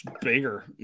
Bigger